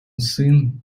сын